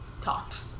talked